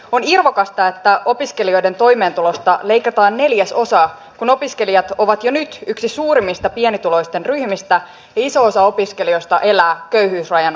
on irvokasta että opiskelijoiden toimeentulosta leikataan neljäsosa kun opiskelijat ovat jo nyt yksi suurimmista pienituloisten ryhmistä ja iso osa opiskelijoista elää köyhyysrajan alapuolella